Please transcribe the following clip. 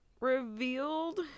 revealed